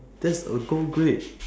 that's a gold grade